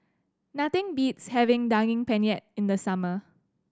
nothing beats having Daging Penyet in the summer